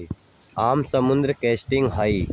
आम समुद्री क्रस्टेशियंस हई